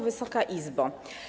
Wysoka Izbo!